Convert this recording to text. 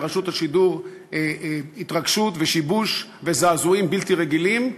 לרשות השידור התרגשות ושיבוש וזעזועים בלתי רגילים.